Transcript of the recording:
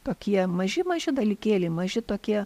tokie maži maži dalykėliai maži tokie